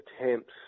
attempts